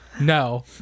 No